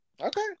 Okay